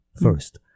first